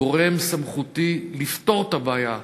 וגורם סמכותי שיפתור את הבעיה,